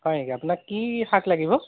হয় নেকি আপোনাক কি শাক লাগিব